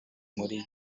muri